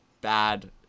bad